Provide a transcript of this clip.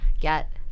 get